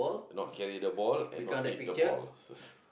not carry the ball and not eat the ball